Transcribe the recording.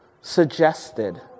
suggested